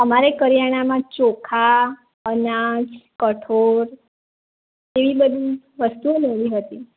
અમારે કરિયાણામાં ચોખા અનાજ કઠોળ એવી બધી વસ્તુઓ લેવી હતી